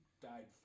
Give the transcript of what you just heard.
died